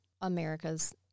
America's